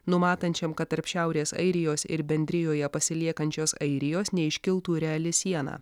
numatančiam kad tarp šiaurės airijos ir bendrijoje pasiliekančios airijos neiškiltų reali siena